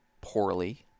poorly